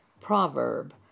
proverb